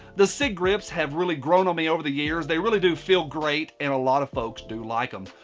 the sig grips have really grown on me over the years. they really do feel great and a lot of folks do like em.